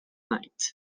night